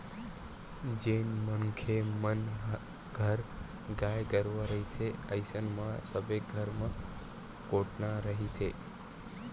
जेन मनखे मन घर गाय गरुवा रहिथे अइसन म सबे घर म कोटना रहिथे